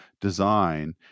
design